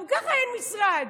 גם ככה אין משרד.